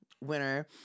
winner